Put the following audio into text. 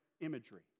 imagery